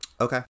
okay